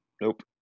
nope